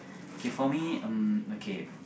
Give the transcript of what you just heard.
okay for me um okay